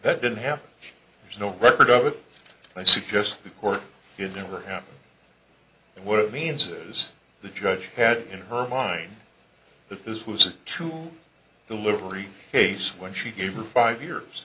that didn't have there's no record of it i suggest the court would never happen and what it means is the judge had in her mind that this was a true delivery case when she gave her five years